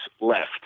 left